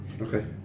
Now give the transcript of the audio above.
Okay